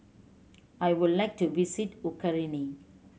I would like to visit Ukraine